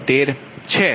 76 છે